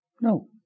No